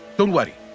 don't worry.